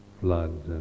floods